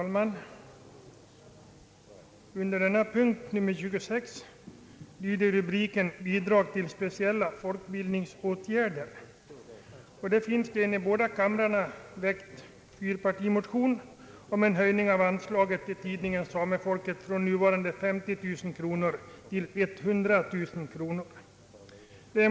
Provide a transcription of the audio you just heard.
Herr talman! Denna punkt, nr 26, har rubriken »Bidrag till speciella folkbildningsåtgärder», Härunder behandlas bl.a. fyrpartimotioner, väckta i båda kamrarna, om en höjning av anslaget till tidningen Samefolket från nuvarande 50 000 till 100 000 kronor.